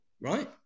right